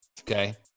Okay